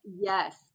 yes